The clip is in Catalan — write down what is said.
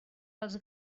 els